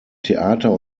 theater